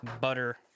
butter